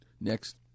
Next